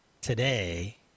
today